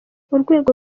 urwego